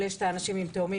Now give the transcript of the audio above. האתרים לא מפרטים.